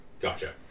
Gotcha